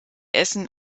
essen